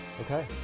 Okay